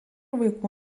vaikų